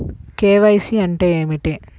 KYC అంటే ఏమి?